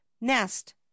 nest